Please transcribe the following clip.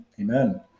Amen